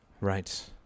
Right